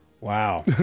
Wow